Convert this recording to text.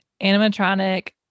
Animatronic